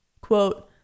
quote